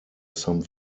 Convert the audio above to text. some